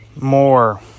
more